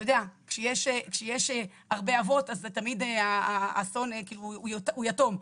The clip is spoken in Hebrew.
כשיש הרבה אבות אז תמיד האסון הוא יתום,